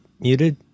muted